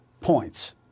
Points